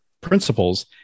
principles